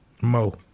Mo